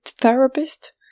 therapist